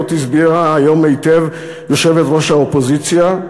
הסבירה זאת היום היטב יושבת-ראש האופוזיציה.